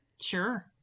Sure